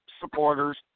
supporters